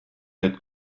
tête